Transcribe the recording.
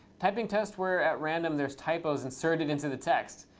typing test where at random there's typos inserted into the text.